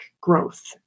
growth